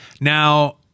Now